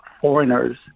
foreigners